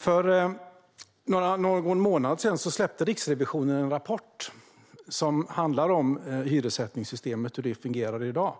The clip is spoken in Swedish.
För någon månad sedan släppte Riksrevisionen en rapport som handlar om hyressättningssystemet och hur det fungerar i dag.